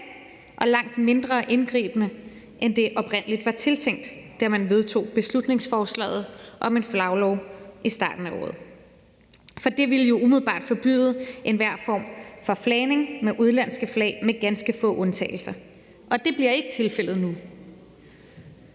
og langt mindre indgribende, end det oprindelig var tiltænkt, da man vedtog beslutningsforslaget om en flaglov i starten af året. For det ville jo umiddelbart forbyde enhver form for flagning med udenlandske flag med ganske få undtagelser, og det bliver ikke tilfældet nu.